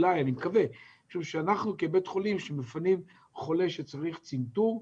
אני מקווה שאנחנו כבית חולים שמפנה חולה שצריך צנתור,